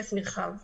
בהיקף נרחב.